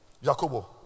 Jacobo